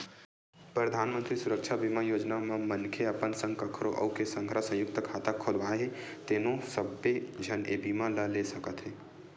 परधानमंतरी सुरक्छा बीमा योजना म मनखे अपन संग कखरो अउ के संघरा संयुक्त खाता खोलवाए हे तेनो सब्बो झन ए बीमा ल ले सकत हे